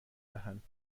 دهند